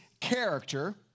character